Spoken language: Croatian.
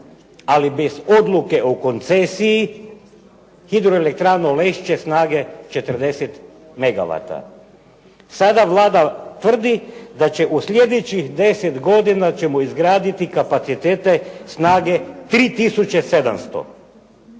sali bez odluke o koncesiji Hidroelektranu Lešće snage 40 megavata. Sada Vlada tvrdi da ćemo u slijedećih 10 godina izgraditi kapacitete snage 3